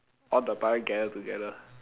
all the pirate gather together